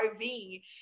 RV